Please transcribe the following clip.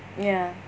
ya